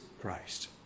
Christ